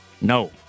No